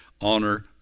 honor